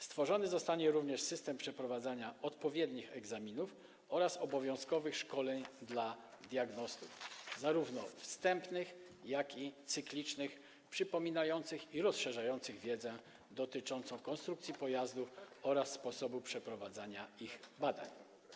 Stworzony zostanie również system przeprowadzania odpowiednich egzaminów oraz obowiązkowych szkoleń dla diagnostów zarówno wstępnych, jak i cyklicznych przypominających i rozszerzających wiedzę dotyczącą konstrukcji pojazdów oraz sposobu przeprowadzania ich badań.